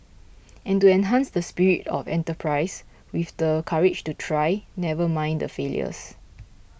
and to enhance the spirit of enterprise with the courage to try never mind the failures